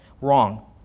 wrong